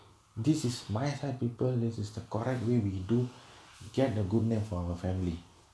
this is my side people this is the correct way we do get a good name for our family